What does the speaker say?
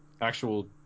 actual